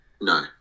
No